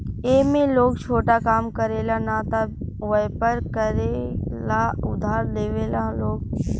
ए में लोग छोटा काम करे ला न त वयपर करे ला उधार लेवेला लोग